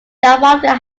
trafalgar